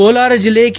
ಕೋಲಾರ ಜಿಲ್ಲೆ ಕೆ